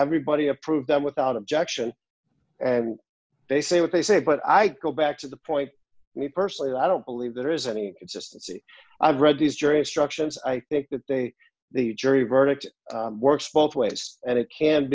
everybody approved them without objection and they say what they say but i go back to the point he personally i don't believe there is any consistency i've read these jury instructions i think that they the jury verdict works both ways and it can